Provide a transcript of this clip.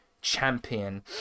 champion